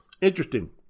Interesting